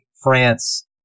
France